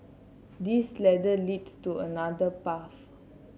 this ladder leads to another path